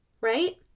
right